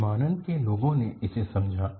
विमानन के लोगों ने इसे समझा